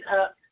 up